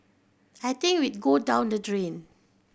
I think we'd go down the drain